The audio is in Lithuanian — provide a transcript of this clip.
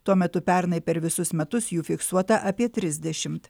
tuo metu pernai per visus metus jų fiksuota apie trisdešimt